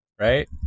Right